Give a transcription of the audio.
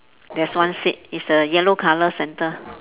there's one seat it's the yellow colour centre